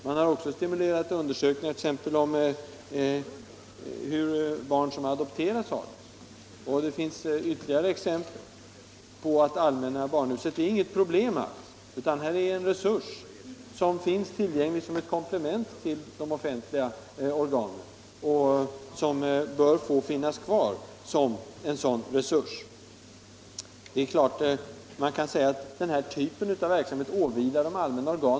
Man har där också stimulerat till undersökningar exempelvis om hur barn som adopterats har det. Det finns ytterligare exempel på att allmänna barnhuset inte är något problem, utan att det i stället är en resurs som finns tillgänglig som ett komplement till de offentliga organen och som bör få finnas kvar som en sådan resurs. Det är klart man kan säga att den här typen av verksamhet åvilar de allmänna organen.